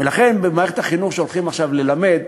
ולכן, במערכת החינוך כשהולכים עכשיו ללמד,